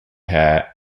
hair